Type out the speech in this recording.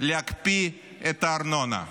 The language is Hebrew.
להקפיא את הארנונה.